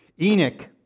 Enoch